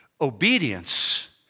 Obedience